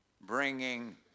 bringing